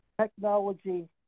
technology